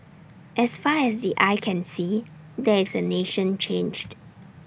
as far as the eye can see there is A nation changed